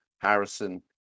Harrison